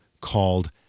called